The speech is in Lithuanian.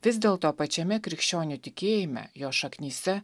vis dėlto pačiame krikščionių tikėjime jo šaknyse